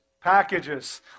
Packages